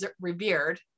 revered